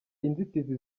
inzitizi